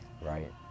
right